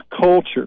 culture